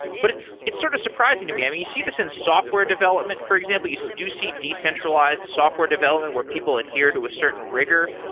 but it's it's sort of surprising to me. i mean, you see this in software development, for example. you do see decentralized software development where people adhere to a certain rigor.